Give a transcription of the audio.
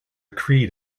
creed